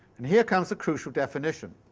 and here comes the crucial definition